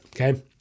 okay